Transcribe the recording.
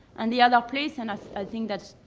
and the other place and i think that's,